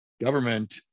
government